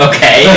Okay